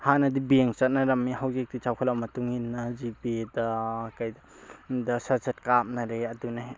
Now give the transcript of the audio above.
ꯍꯥꯟꯅꯗꯤ ꯕꯦꯡꯛ ꯆꯠꯅꯔꯝꯃꯤ ꯍꯧꯖꯤꯛꯇꯤ ꯆꯥꯎꯈꯠꯂꯛꯄ ꯃꯇꯨꯡ ꯏꯟꯅ ꯖꯤ ꯄꯦꯗ ꯀꯩꯗ ꯗ ꯁꯠ ꯁꯠ ꯀꯥꯞꯅꯔꯦ ꯑꯗꯨꯅ